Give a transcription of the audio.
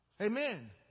Amen